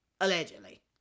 Allegedly